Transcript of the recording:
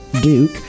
Duke